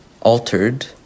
altered